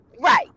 Right